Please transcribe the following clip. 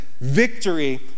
victory